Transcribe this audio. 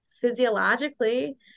physiologically